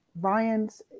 Ryan's